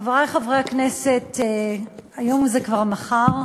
חברי חברי הכנסת, היום זה כבר מחר,